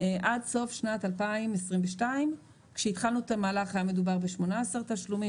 עד סוף שנת 2022. כשהתחלנו את המהלך היה מדובר ב-18 תשלומים,